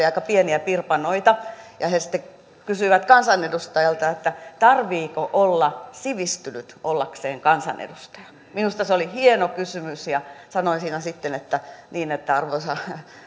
aika pieniä pirpanoita niin he sitten kysyivät kansanedustajalta että tarvitseeko olla sivistynyt ollakseen kansanedustaja minusta se oli hieno kysymys ja sanoin siinä sitten että